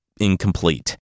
incomplete